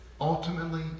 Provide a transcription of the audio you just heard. Ultimately